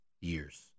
years